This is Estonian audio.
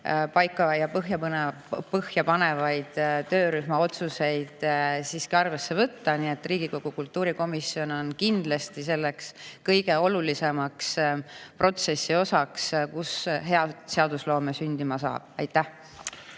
paika- ja põhjapanevaid töörühma otsuseid siiski arvesse võtta, nii et Riigikogu kultuurikomisjon on kindlasti kõige olulisem protsessiosa, kus hea seadusloome saab sündida. Aitäh!